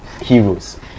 heroes